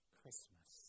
Christmas